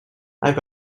got